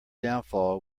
downfall